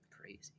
Crazy